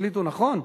החליטו נכון,